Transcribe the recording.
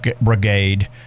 brigade